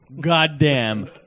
goddamn